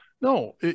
No